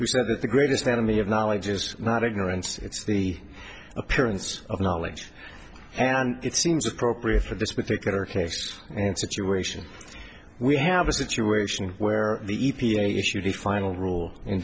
who said that the greatest enemy of knowledge is not ignorance it's the appearance of knowledge and it seems appropriate for this particular case and situation we have a situation where the e p a issued the final rule in